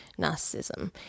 narcissism